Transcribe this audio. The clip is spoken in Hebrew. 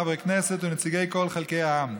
חברי כנסת ונציגי כל חלקי העם.